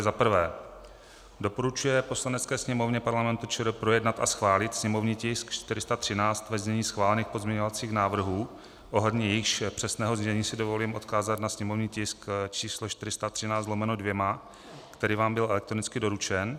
1. doporučuje Poslanecké sněmovně Parlamentu ČR projednat a schválit sněmovní tisk 413 ve znění schválených pozměňovacích návrhů ohledně jejichž přesného znění si dovolím odkázat na sněmovní tisk 413/2, který vám byl elektronicky doručen;